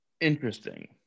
interesting